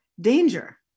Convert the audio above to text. danger